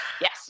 Yes